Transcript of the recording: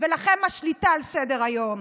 ולכם השליטה על סדר-היום.